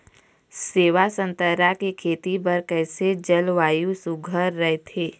सेवा संतरा के खेती बर कइसे जलवायु सुघ्घर राईथे?